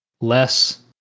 less